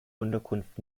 unterkunft